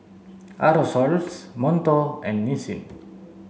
Aerosoles Monto and Nissin